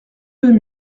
deux